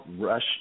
rush